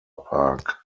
park